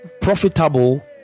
profitable